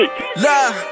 Love